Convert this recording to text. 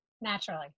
Naturally